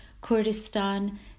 Kurdistan